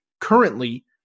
Currently